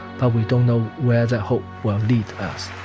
but we don't know where that hope will lead us